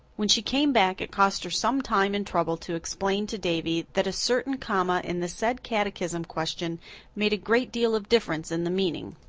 when she came back it cost her some time and trouble to explain to davy that a certain comma in the said catechism question made a great deal of difference in the meaning.